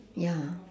ya